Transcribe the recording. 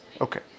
Okay